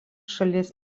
šalies